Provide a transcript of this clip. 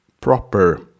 proper